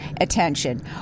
attention